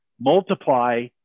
multiply